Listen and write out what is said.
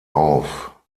auf